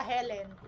Helen